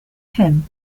him